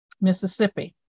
Mississippi